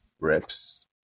reps